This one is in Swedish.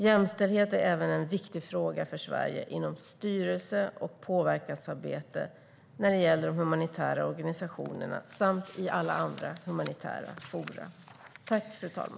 Jämställdhet är även en viktig fråga för Sverige inom styrelse och påverkansarbete när det gäller de humanitära organisationerna samt i alla andra humanitära forum.